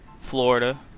Florida